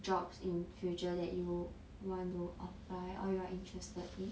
jobs in future that you want to apply or you are interested in